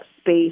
space